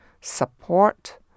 support